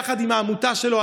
יחד עם העמותה שלו,